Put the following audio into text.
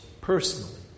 personally